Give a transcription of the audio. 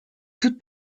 toute